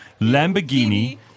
Lamborghini